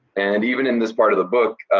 and even in this part of the book,